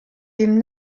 dem